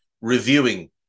reviewing